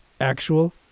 actual